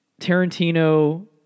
Tarantino